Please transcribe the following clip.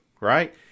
right